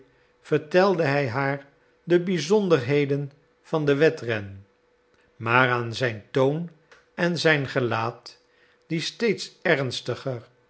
vertelde hij haar de bizonderheden van den wedren maar aan zijn toon en zijn gelaat die steeds ernstiger